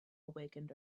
awakened